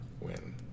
win